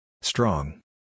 Strong